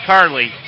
Carly